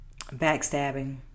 backstabbing